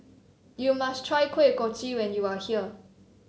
you must try Kuih Kochi when you are here